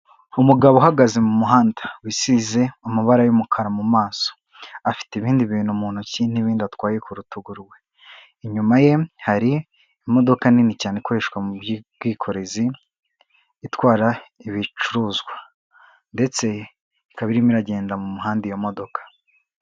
Umugabo uhagaze mu muhanda wisize amabara y'umukara mu maso, afite ibindi bintu mu ntoki n'ibindi atwaye ku rutugu rwe, inyuma ye hari imodoka nini cyane ikoreshwa mu by'ubwikorezi itwara ibicuruzwa ndetse ikaba irimo iragenda mu muhanda iyo modoka.